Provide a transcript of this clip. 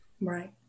Right